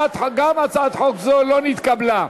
גם הצעת חוק זו לא נתקבלה.